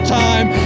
time